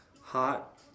hot